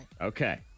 Okay